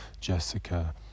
Jessica